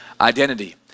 identity